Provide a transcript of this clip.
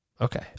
Okay